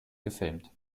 gefilmt